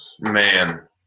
man